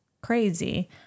crazy